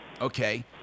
Okay